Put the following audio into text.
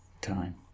time